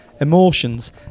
emotions